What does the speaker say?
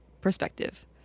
perspective